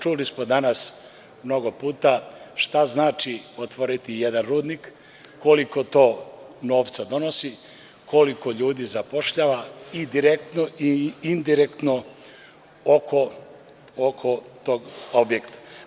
Čuli smo danas mnogo puta šta znači otvoriti jedan rudnik, koliko to novca donosi, koliko ljudi zapošljava i direktno i indirektno oko tog objekta.